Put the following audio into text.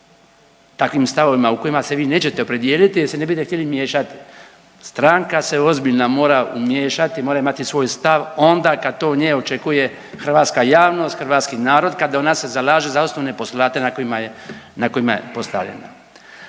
takvim stavovima u kojima se vi nećete opredijeliti jer se ne bite htjeli miješati. Stranka se ozbiljna mora umiješati i mora imati svoj stav onda kad to od nje očekuje hrvatska javnost, hrvatski narod, kad ona se zalaže za osnovne postulate na kojima je postavljena.